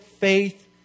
faith